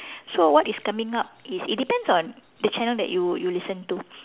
so what is coming up is it depends on the channel that you you listen to